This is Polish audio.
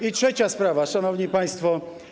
I trzecia sprawa, szanowni państwo.